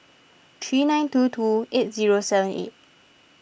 three nine two two eight zero seven eight